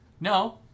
No